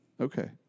Okay